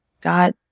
God